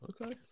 Okay